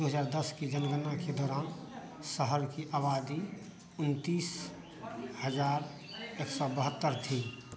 दो हज़ार दस की जनगणना के दौरान शहर की आबादी उनतीस हज़ार एक सौ बहत्तर थी